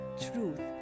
truth